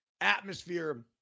atmosphere